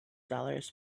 dollars